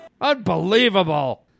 unbelievable